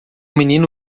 menino